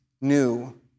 new